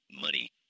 money